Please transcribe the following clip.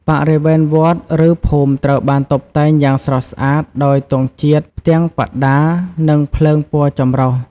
បរិវេណវត្ត ឬភូមិត្រូវបានតុបតែងយ៉ាងស្រស់ស្អាតដោយទង់ជាតិ ផ្ទាំងបដា និងភ្លើងពណ៌ចម្រុះ។